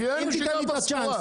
אין מי שייקח את הסחורה.